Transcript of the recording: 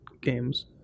games